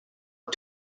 and